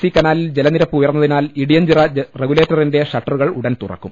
C കനാലിൽ ജലനിരപ്പ് ഉയർന്നതിനാൽ ഇടിയഞ്ചിറ റെഗുലേറ്ററിന്റെ ഷട്ടറുകൾ ഉടൻ തുറക്കും